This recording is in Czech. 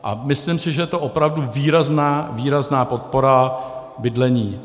A myslím si, že je to opravdu výrazná, výrazná podpora bydlení.